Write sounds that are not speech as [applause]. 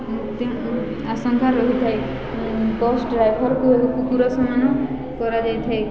[unintelligible] ଆଶଙ୍କା ରହିଥାଏ ବସ୍ ଡ୍ରାଇଭର୍କୁ ପୁରାସ୍କାରମାନ କରାଯାଇଥାଏ